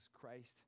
Christ